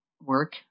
work